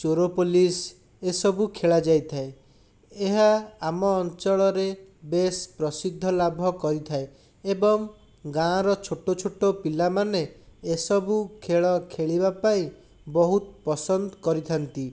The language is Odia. ଚୋର ପୋଲିସ ଏସବୁ ଖେଳାଯାଇଥାଏ ଏହା ଆମ ଅଞ୍ଚଳରେ ବେଶ ପ୍ରସିଦ୍ଧଲାଭ କରିଥାଏ ଏବଂ ଗାଁର ଛୋଟ ଛୋଟ ପିଲାମାନେ ଏସବୁ ଖେଳ ଖେଳିବାପାଇଁ ବହୁତ ପସନ୍ଦ କରିଥାନ୍ତି